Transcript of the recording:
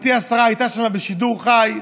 גברתי השרה הייתה שם בשידור חי,